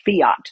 fiat